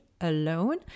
alone